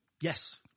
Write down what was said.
Yes